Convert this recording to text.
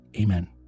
Amen